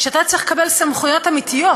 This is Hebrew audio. שאתה צריך לקבל סמכויות אמיתיות.